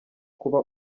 kuba